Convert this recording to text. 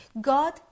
God